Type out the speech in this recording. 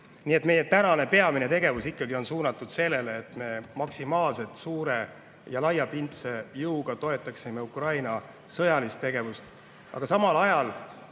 Nii et meie tänane peamine tegevus ikkagi on suunatud sellele, et me maksimaalselt suure ja laiapindse jõuga toetaksime Ukraina sõjalist tegevust.